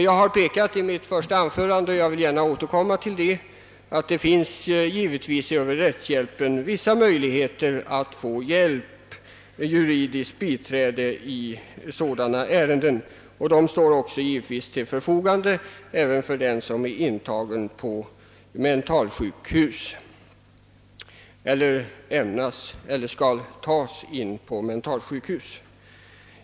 Jag har i mitt första anförande pekat på — jag vill gärna återkomma till det — att det givetvis finns vissa möjligheter att genom rättshjälpen få juridiskt biträde i sådana ärenden, och den hjälpen står givetvis till förfogande även för den som är intagen eller står inför att bli intagen på mentalsjukhus.